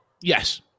Yes